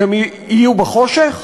שהם יהיו בחושך?